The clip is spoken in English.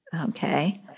okay